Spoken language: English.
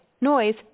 Noise